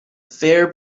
fair